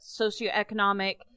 socioeconomic